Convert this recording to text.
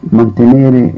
mantenere